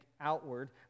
outward